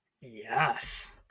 yes